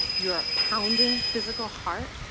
your pounding physical heart,